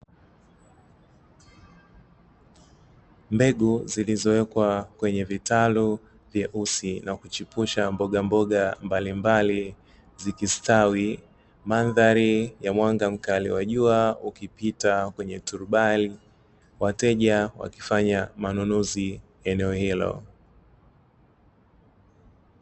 Mbegu zilizowekwa kwenye vitalu vyeusi na kuchipusha mbogamboga mbalimbali zikistawi, mandhari ya mwanga mkali wa jua ukipita kwenye turubai, wateja wakifanya manunuzi eneo hilo.